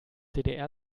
ddr